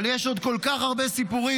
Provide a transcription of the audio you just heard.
אבל יש עוד כל כך הרבה סיפורים,